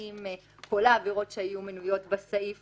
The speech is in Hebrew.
האם כל העבירות שהיו מנויות בסעיף